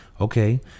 okay